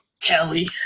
Kelly